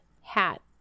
hat